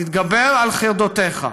תתגבר על חרדותיך,